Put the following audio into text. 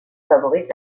favorise